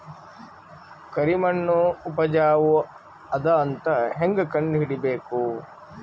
ಕರಿಮಣ್ಣು ಉಪಜಾವು ಅದ ಅಂತ ಹೇಂಗ ಕಂಡುಹಿಡಿಬೇಕು?